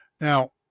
Now